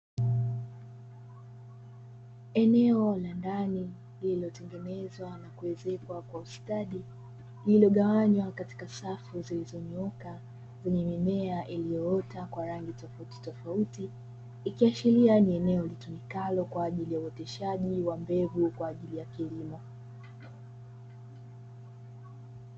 Eneo la ndani lililotengenezwa na ku magazeti hapo stadium lililogawanywa katika safu zilizonyooka kwenye mimea iliyoota kwa rangi tofauti tofauti ikiwa kwa ajili ya utishaji wa mbegu kwa ajili ya kilimo.